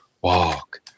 walk